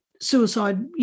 suicide